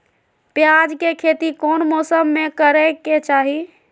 प्याज के खेती कौन मौसम में करे के चाही?